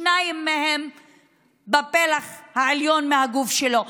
שניים מהם בפלג העליון של הגוף שלו.